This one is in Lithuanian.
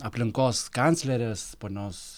aplinkos kanclerės ponios